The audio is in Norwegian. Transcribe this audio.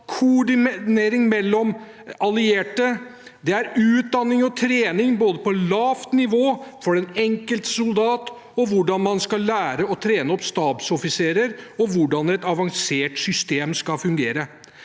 koordinering mellom allierte. Det er utdanning og trening, både på lavt nivå for den enkelte soldat, i hvordan man skal lære og trene opp stabsoffiserer, og i hvordan et avansert system skal fungere.